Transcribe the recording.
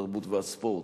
התרבות והספורט.